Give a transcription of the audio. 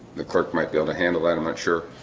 the clerk might be able to handle that. i'm not sure